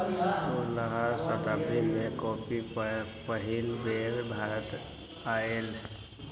सोलह शताब्दी में कॉफी पहिल बेर भारत आलय